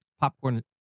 popcorn